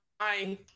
Hi